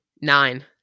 Nine